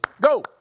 Go